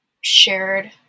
shared